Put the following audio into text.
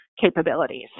capabilities